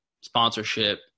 sponsorship